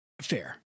Fair